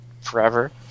forever